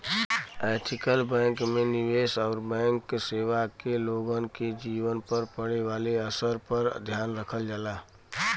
ethical bank में निवेश आउर बैंक सेवा क लोगन के जीवन पर पड़े वाले असर पर ध्यान रखल जाला